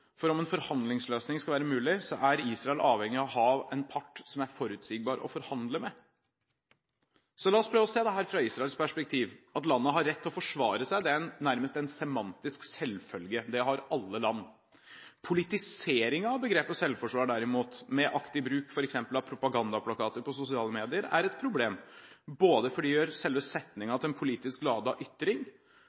for dersom en forhandlingsløsning skal være mulig, er Israel avhengig av å ha en part som er forutsigbar å forhandle med. La oss prøve å se dette fra Israels perspektiv: At landet har rett til å forsvare seg, er nærmest en semantisk selvfølge – det har alle land. Politiseringen av begrepet «selvforsvar» derimot, med aktiv bruk av f.eks. propagandaplakater på sosiale medier, er et problem – både fordi det gjør selve setningen til en politisk ladet ytring,